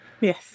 Yes